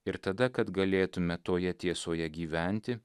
ir tada kad galėtume toje tiesoje gyventi